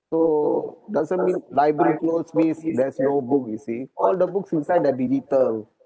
so doesn't mean library closed means there's no book you see all the books inside the digital